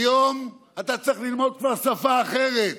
היום אתה כבר צריך ללמוד שפה אחרת.